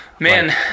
Man